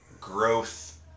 growth